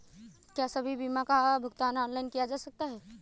क्या सभी बीमा का भुगतान ऑनलाइन किया जा सकता है?